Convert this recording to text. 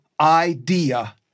idea